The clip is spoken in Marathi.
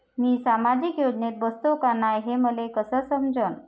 मी सामाजिक योजनेत बसतो का नाय, हे मले कस समजन?